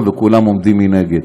היום, וכולם עומדים מנגד.